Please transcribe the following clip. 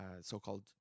so-called